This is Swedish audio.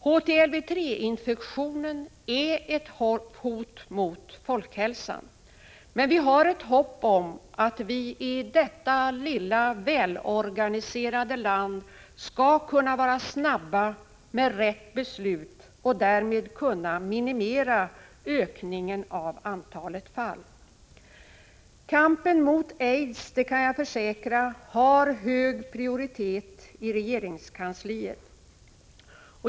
HTLV-III-infektionen är ett hot mot folkhälsan, men vi har hopp om att vi i detta lilla, välorganiserade land snabbt skall kunna fatta riktiga beslut och därmed kunna minimera ökningen av antalet fall. Kampen mot aids, det kan jag försäkra, har hög prioritet i regeringskansliet.